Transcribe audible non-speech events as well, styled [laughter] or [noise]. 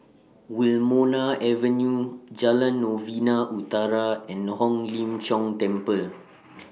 Wilmonar Avenue Jalan Novena Utara and Hong [noise] Lim Jiong Temple